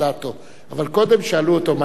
אבל קודם שאלו אותו מה עמדת הממשלה.